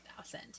thousand